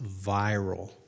viral